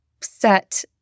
set